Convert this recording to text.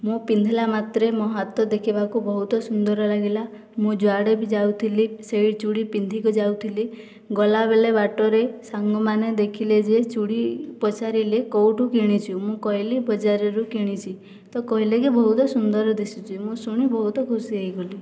ମୁଁ ପିନ୍ଧିଲା ମାତ୍ରେ ମୋ ହାତ ଦେଖିବାକୁ ବହୁତ ସୁନ୍ଦର ଲାଗିଲା ମୁଁ ଯୁଆଡ଼େ ବି ଯାଉଥିଲି ସେହି ଚୁଡ଼ି ପିନ୍ଧିକି ଯାଉଥିଲି ଗଲାବେଳେ ବାଟରେ ସାଙ୍ଗମାନେ ଦେଖିଲେ ଯେ ଚୁଡ଼ି ପଚାରିଲେ କେଉଁଠୁ କିଣିଛୁ ମୁଁ କହିଲି ବଜାରରୁ କିଣିଛି ତ କହିଲେ କି ବହୁତ ସୁନ୍ଦର ଦିଶୁଛି ମୁଁ ଶୁଣି ବହୁତ ଖୁସି ହୋଇଗଲି